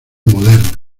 moderna